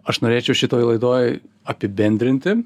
aš norėčiau šitoj laidoj apibendrinti